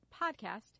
PODCAST